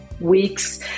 weeks